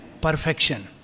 Perfection